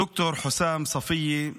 ד"ר חוסאם ספיה,